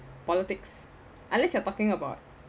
politics unless you are talking about